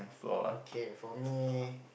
okay for me